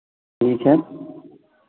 जी sir